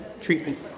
treatment